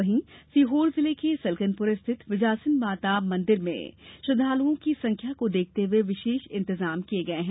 वहीं सीहोर जिले के सलकनपूर रिथत विजासन माता मंदिर में श्रद्वालुओं की संख्या को देखते हुये विशेष इंतजाम किये गये है